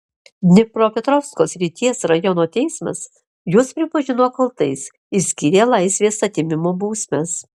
dnipropetrovsko srities rajono teismas juos pripažino kaltais ir skyrė laisvės atėmimo bausmes